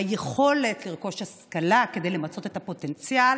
היכולת לרכוש השכלה כדי למצות את הפוטנציאל,